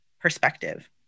perspective